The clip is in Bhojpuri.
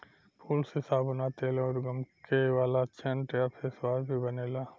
फूल से साबुन आ तेल अउर गमके वाला सेंट आ फेसवाश भी बनेला